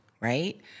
right